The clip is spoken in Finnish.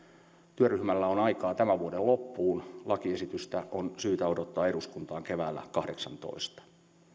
työryhmällä on aikaa tämän vuoden loppuun lakiesitystä on syytä odottaa eduskuntaan keväällä kahdeksantenatoista vastauksena huoleen henkilöstön osalta